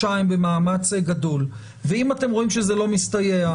לחודשיים במאמץ גדול ואם אתם רואים שזה לא מסתייע,